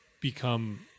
become